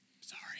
sorry